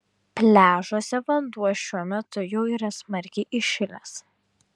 pliažuose vanduo šiuo metu jau yra smarkiai įšilęs